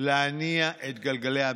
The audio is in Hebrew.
להניע את גלגלי המשק.